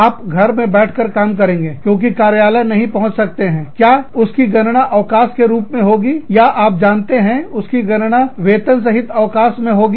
आप घर में बैठ कर काम करेंगे क्योंकि कार्यालय नहीं पहुंच सकते हैं क्या उसकी गणना अवकाश के रूप में होगी या आप जानते हैं उसकी गणना वेतन सहित अवकाश में होगी